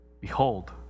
Behold